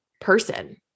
person